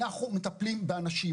אנחנו מטפלים באנשים,